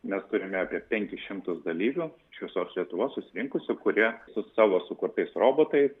mes turime apie penkis šimtus dalyvių iš visos lietuvos susirinkusių kurie su savo sukurtais robotais